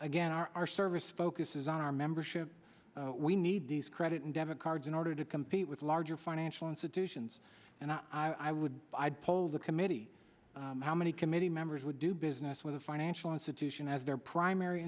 again our service focuses on our membership we need these credit and debit cards in order to compete with larger financial institutions and i would i'd pull the committee how many committee members would do business with a financial institution as their primary